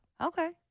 Okay